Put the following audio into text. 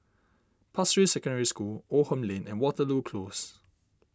Pasir Ris Secondary School Oldham Lane and Waterloo Close